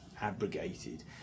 abrogated